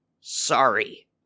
sorry